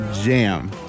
jam